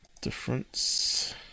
Difference